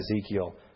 Ezekiel